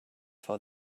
for